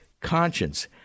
conscience